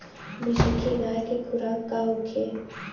बिसुखी गाय के खुराक का होखे?